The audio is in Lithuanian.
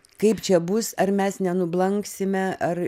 kaip čia bus ar mes nenublanksime ar